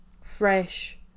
fresh